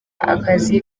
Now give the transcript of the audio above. akazi